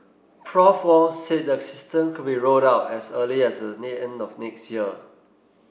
Prof Wong said the system could be rolled out as early as the end of next year